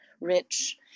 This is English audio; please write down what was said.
rich